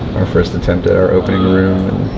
our first attempt at our opening room,